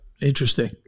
Interesting